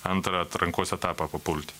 antrą atrankos etapą papulti